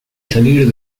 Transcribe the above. salir